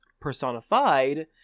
personified